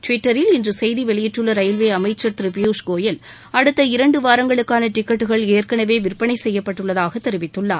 டுவிட்டரில் இன்று செய்தி வெளியிட்டுள்ள ரயில்வே அமைச்சர் திரு பியூஷ்கோயல் அடுத்த இரண்டு வாரங்களுக்கான டிக்கெட்டுக்கள் ஏற்கனவே விற்பனை செய்யப்பட்டுள்ளதாக தெரிவித்துள்ளார்